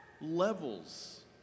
levels